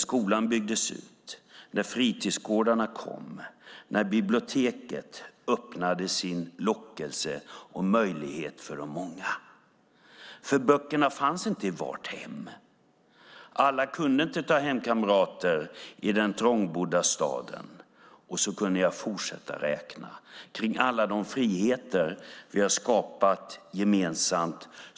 Skolan byggdes ut, fritidsgårdarna kom och biblioteket öppnade med sin lockelse och gav möjlighet åt de många. Böcker fanns inte i varje hem. Alla kunde inte ta hem kamrater i den trångbodda staden. Jag skulle kunna fortsätta att räkna upp alla de friheter vi har skapat gemensamt.